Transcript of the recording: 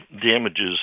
damages